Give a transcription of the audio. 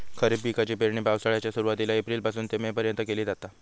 खरीप पिकाची पेरणी पावसाळ्याच्या सुरुवातीला एप्रिल पासून ते मे पर्यंत केली जाता